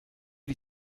die